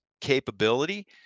capability